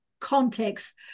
context